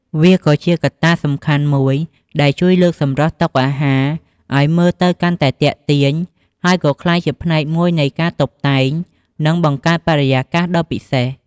វាក៏ជាកត្តាសំខាន់មួយដែលជួយលើកសម្រស់តុអាហារឲ្យមើលទៅកាន់តែទាក់ទាញ ហើយក៏ក្លាយជាផ្នែកមួយនៃការតុបតែង និងបង្កើតបរិយាកាសដ៏ពិសេស។